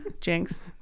Jinx